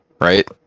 right